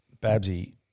Babsy